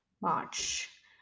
March